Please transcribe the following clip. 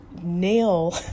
nail